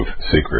secret